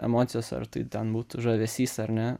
emocijos ar tai ten būtų žavesys ar ne